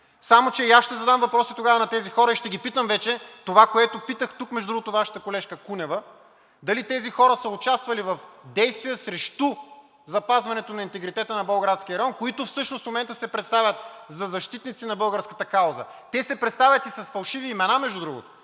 Само че и аз ще задам въпроси тогава на тези хора и ще ги питам вече това, което питах тук, между другото, Вашата колежка Кунева, дали тези хора са участвали в действия срещу запазването на интегритета на Болградския район, които всъщност в момента се представят за защитници на българската кауза? Те се представят и с фалшиви имена, между другото.